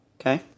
Okay